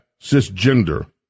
cisgender